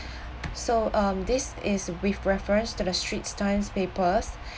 so um this is with reference to the straits times papers